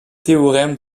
théorème